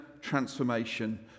transformation